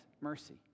mercy